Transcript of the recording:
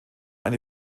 eine